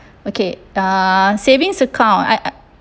okay err savings account I I